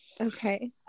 Okay